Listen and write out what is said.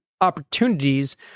opportunities